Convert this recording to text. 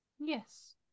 Yes